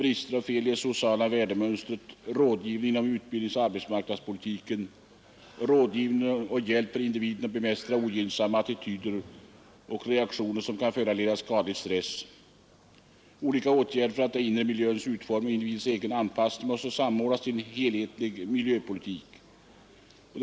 Brister och fel i det sociala värdemönstret. 3. Rådgivningen inom utbildningsoch arbetsmarknadspolitiken. 4. Rådgivning och hjälp för individen att bemästra ogynnsamma attityder och reaktionssätt som kan föranleda skadlig stress. 5. Olika åtgärder för de inre miljöernas utformning och individens egen anpassning måste samordnas till en, som det heter, helhetlig miljöpolitik. 6.